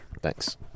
Thanks